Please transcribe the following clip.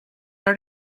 are